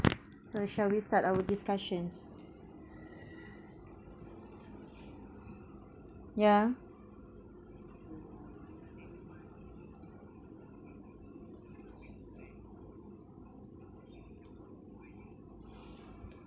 so shall we start our discussions yeah